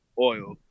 oil